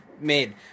made